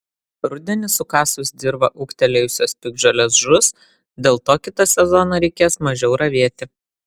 rudenį sukasus dirvą ūgtelėjusios piktžolės žus dėl to kitą sezoną reikės mažiau ravėti